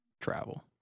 travel